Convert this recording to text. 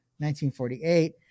1948